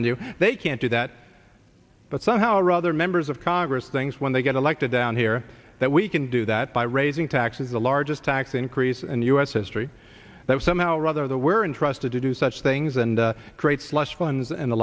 on you they can't do that but somehow or other members of congress things when they get elected down here that we can do that by raising taxes the largest tax increase in u s history that somehow or other there were entrusted to do such things and create slush funds and the